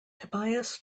tobias